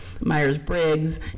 Myers-Briggs